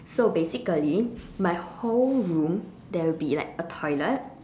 so basically my whole room there will be like a toilet